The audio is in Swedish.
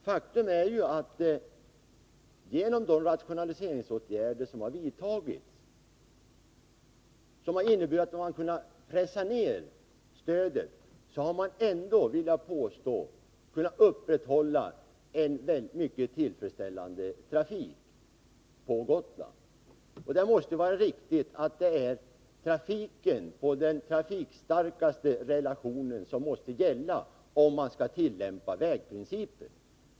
Faktum är att man genom de rationaliseringsåtgärder som har vidtagits, som har inneburit att stödet har kunnat pressas ner, ändå har kunnat upprätthålla en mycket tillfredsställande trafik på Gotland. Det måste vara riktigt att det är trafiken på den trafikstarkaste relationen som skall gälla, om man skall tillämpa vägprincipen.